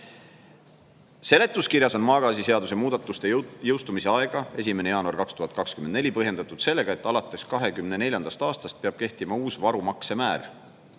Seletuskirjas on MGS-i muudatuste jõustumise aega (01.01.2024) põhjendatud sellega, et alates 2024. aastast peab kehtima uus varumaksemäär.